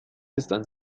están